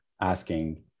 asking